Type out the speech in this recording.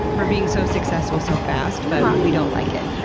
for being so successful so fast, but we don't like it.